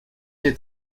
est